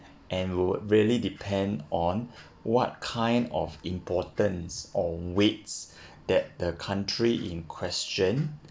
and would really depend on what kind of importance or weights that the country in question